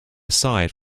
side